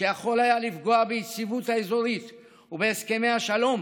שיכול היה לפגוע ביציבות האזורית ובהסכמי השלום,